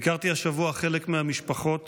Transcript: ביקרתי השבוע חלק מהמשפחות